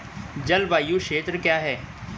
जलवायु क्षेत्र क्या है?